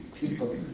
people